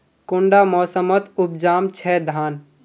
कुंडा मोसमोत उपजाम छै धान?